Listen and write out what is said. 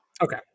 Okay